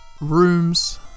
rooms